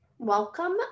welcome